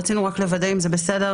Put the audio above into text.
רצינו רק לוודא אם זה בסדר,